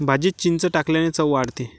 भाजीत चिंच टाकल्याने चव वाढते